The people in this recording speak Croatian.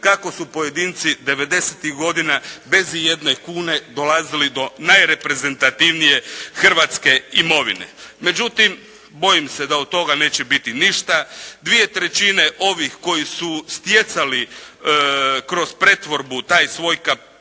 kako su pojedinci devedesetih godina bez ijedne kune dolazili do najreprezentativnije hrvatske imovine. Međutim bojim se da od toga neće biti ništa. Dvije trećine ovih koji su stjecali kroz pretvorbu taj svoj, taj svoj,